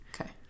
okay